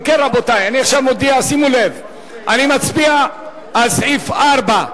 אם כן, רבותי, אני מצביע על סעיף 4,